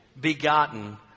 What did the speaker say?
begotten